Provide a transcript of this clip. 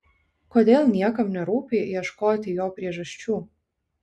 kodėl niekam nerūpi ieškoti jo priežasčių